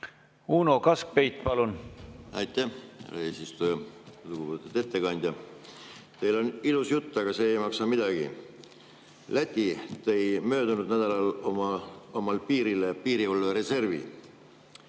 Uno Kaskpeit, palun! Aitäh, härra eesistuja! Lugupeetud ettekandja! Teil on ilus jutt, aga see ei maksa midagi. Läti tõi möödunud nädalal oma piirile piirivalvereservi.